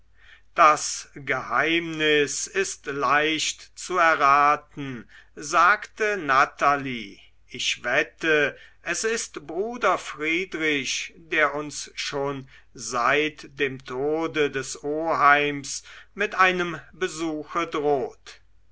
das geheimnis ist leicht zu erraten sagte natalie ich wette es ist bruder friedrich der uns schon seit dem tode des oheims mit einem besuche droht